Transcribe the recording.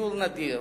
כציור נדיר